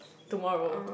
tomorrow